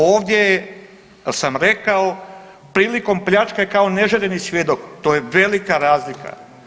Ovdje sam rekao prilikom pljačke kao neželjeni svjedok, to je velika razlika.